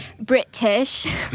British